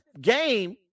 game